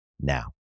now